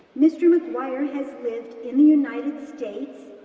mr. maguire has lived in the united states,